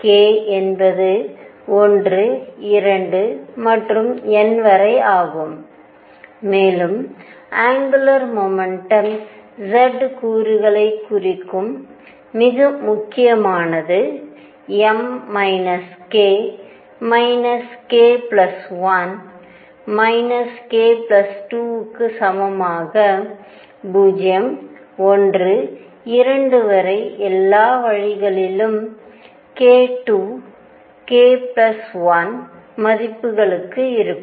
k என்பது 1 2 மற்றும் n வரை ஆகும் மேலும் ஆங்குலர் முமெண்டம் z கூறுகளை குறிக்கும் மிக முக்கியமான m k k 1 k 2 க்கு சமமாக 0 1 2 வரை எல்லா வழிகளிலும் k 2 k 1 மதிப்புகளுக்கு இருக்கும்